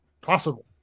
possible